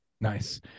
Nice